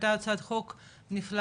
הייתה הצעת חוק נפלאה,